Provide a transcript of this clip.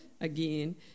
again